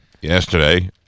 yesterday